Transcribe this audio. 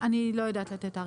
אני לא יודעת לתת תאריך.